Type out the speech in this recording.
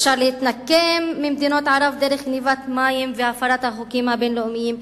אפשר להתנקם במדינות ערב דרך גנבת מים והפרת החוקים הבין-לאומיים,